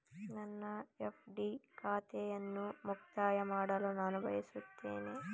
ನನ್ನ ಎಫ್.ಡಿ ಖಾತೆಯನ್ನು ಮುಕ್ತಾಯ ಮಾಡಲು ನಾನು ಬಯಸುತ್ತೇನೆ